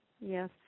Yes